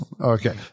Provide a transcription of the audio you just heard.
Okay